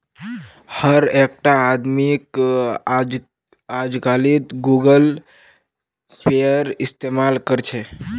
हर एकटा आदमीक अजकालित गूगल पेएर इस्तमाल कर छेक